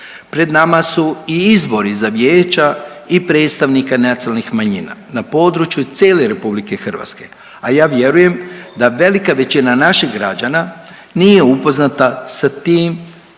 Pred nama su i izbori za vijeća i predstavnika nacionalnih manjina na području cijele RH, a ja vjerujem da velika većina naših građana nije upoznata sa tim